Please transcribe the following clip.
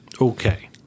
okay